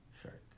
Shark